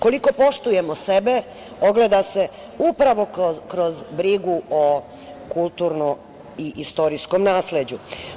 Koliko poštujemo sebe ogleda se upravo kroz brigu o kulturnom i istorijskom nasleđu.